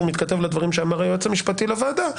ומתכתב לדברים שאמר היועץ המשפטי לוועדה,